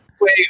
Wait